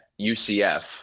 UCF